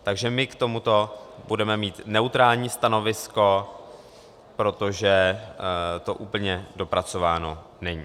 Takže my k tomuto budeme mít neutrální stanovisko, protože to úplně dopracováno není.